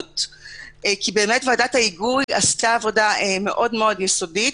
כי ועדת ההיגוי עשתה עבודה מאוד מאוד יסודית.